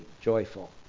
joyful